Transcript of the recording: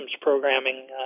programming